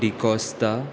D'Costa